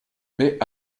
mais